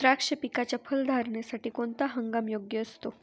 द्राक्ष पिकाच्या फलधारणेसाठी कोणता हंगाम योग्य असतो?